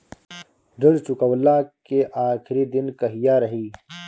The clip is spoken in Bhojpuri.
ऋण चुकव्ला के आखिरी दिन कहिया रही?